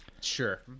Sure